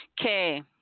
Okay